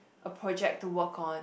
a project to work on